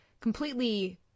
completely